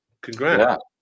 Congrats